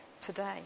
today